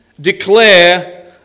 declare